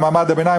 למעמד הביניים,